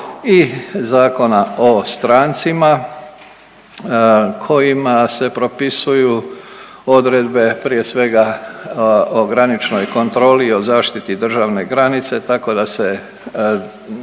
i Zakona o strancima kojima se propisuju odredbe prije svega o graničnoj kontroli i o zaštiti državne granice, tako da se